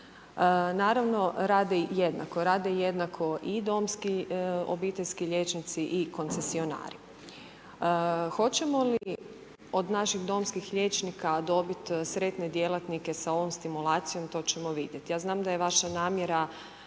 jednako, rade jednako i domski obiteljski liječnici i koncesionari. Hoćemo li od naših domskih liječnika dobit sretne djelatnike sa ovom stimulacijom, to ćemo vidjet. Ja znam da je vaša namjera